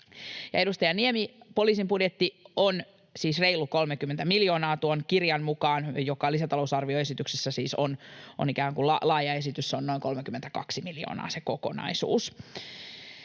Edustaja Niemi: poliisin budjetti on siis reilut 30 miljoonaa tuon kirjan mukaan, ja lisätalousarvioesityksessä oleva ikään kuin laaja esitys, se kokonaisuus,